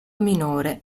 minore